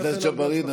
חבר הכנסת ג'בארין,